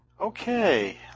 Okay